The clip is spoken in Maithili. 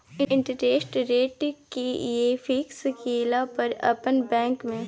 इंटेरेस्ट रेट कि ये फिक्स केला पर अपन बैंक में?